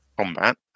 combat